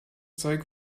zeug